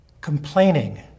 complaining